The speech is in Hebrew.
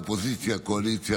אופוזיציה-קואליציה,